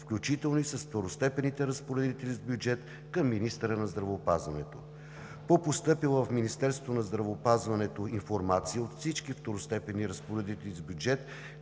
включително и с второстепенните разпоредители с бюджет към министъра на здравеопазването. По постъпила в Министерството на здравеопазването информация от всички второстепенни разпоредители с бюджет